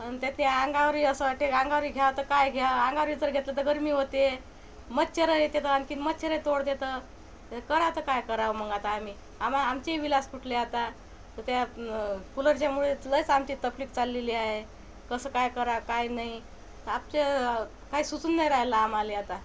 आणि त्यात अंगावरही असं वाटते का अंगावरही घ्याव तर काय घ्याव अंगावरीच घेतलं तर गरमी होते मच्छर येते आणखीन मच्छर तोडते तर पण आता काय कराव तर काय कराव मग आता आम्ही आमा आमचेही विलाज् तुटले आता त्या कुलरच्यामुळे लईच आमची तकलीफ चाललेली आहे कसं काय कराव काय नाही तापते काही सुचून नाही राहिलं आमाले आता